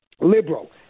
liberal